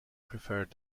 preferred